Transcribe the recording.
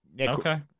Okay